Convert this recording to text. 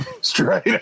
Straight